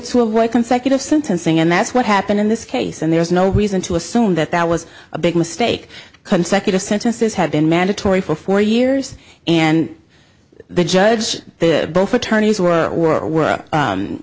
to avoid consecutive sentencing and that's what happened in this case and there's no reason to assume that that was a big mistake consecutive sentences have been mandatory for four years and the judge the both attorneys were or were